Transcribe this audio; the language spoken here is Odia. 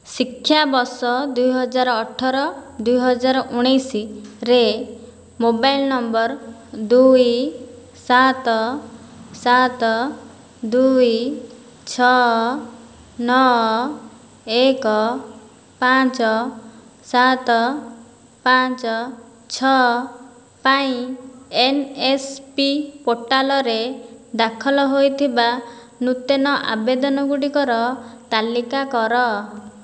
ଶିକ୍ଷାବର୍ଷ ଦୁଇ ହଜାର ଅଠର ଦୁଇ ହଜାର ଉଣେଇଶିରେ ମୋବାଇଲ୍ ନମ୍ବର୍ ଦୁଇ ସାତ ସାତ ଦୁଇ ଛଅ ନଅ ଏକ ପାଞ୍ଚ ସାତ ପାଞ୍ଚ ଛଅ ପାଇଁ ଏନ୍ ଏସ୍ ପି ପୋର୍ଟାଲ୍ରେ ଦାଖଲ ହୋଇଥିବା ନୂତନ ଆବେଦନ ଗୁଡ଼ିକର ତାଲିକା କର